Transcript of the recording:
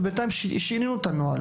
ובינתיים שינינו את הנוהל,